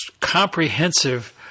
comprehensive